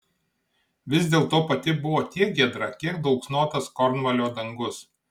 vis dėlto pati buvo tiek giedra kiek dulksnotas kornvalio dangus